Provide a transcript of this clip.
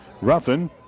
Ruffin